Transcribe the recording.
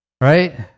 Right